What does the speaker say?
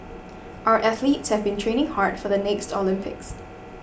our athletes have been training hard for the next Olympics